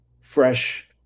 fresh